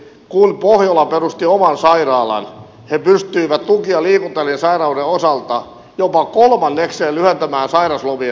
kun pohjola perusti oman sairaalan he pystyivät tuki ja liikuntaelinsairauksien osalta jopa kolmannekseen lyhentämään sairauslomien määrää